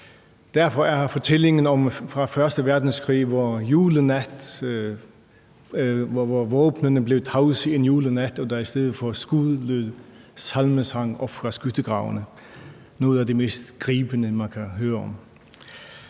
derfor er fortællingen fra første verdenskrig, hvor våbnene en julenat blev tavse, og hvor der i stedet for skud lød salmesang fra skyttegravene, noget af det mest gribende, man kan høre om.